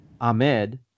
Ahmed